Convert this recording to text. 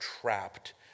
trapped